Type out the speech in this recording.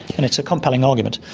and it's a compelling argument.